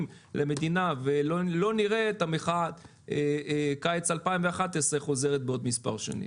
למדינה ולא נראה את המחאה של קיץ 2011 חוזרת בעוד מספר שנים.